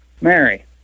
Mary